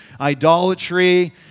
idolatry